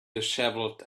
dishevelled